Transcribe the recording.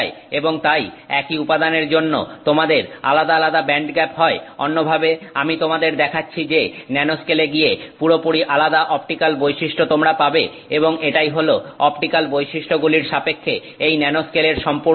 এবং তাই একই উপাদানের জন্য তোমাদের আলাদা আলাদা ব্যান্ডগ্যাপ হয় অন্যভাবে আমি তোমাদের দেখাচ্ছি যে ন্যানোস্কেলে গিয়ে পুরোপুরি আলাদা অপটিক্যাল বৈশিষ্ট্য তোমরা পাবে এবং এটাই হল অপটিক্যাল বৈশিষ্ট্যগুলির সাপেক্ষে এই ন্যানোস্কেলের সম্পূর্ণ ধারণা